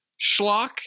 schlock